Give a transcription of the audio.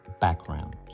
background